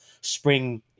spring